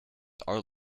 are